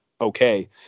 okay